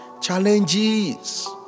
challenges